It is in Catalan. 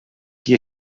qui